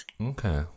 Okay